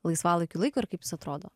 laisvalaikiui laiko ir kaip jis atrodo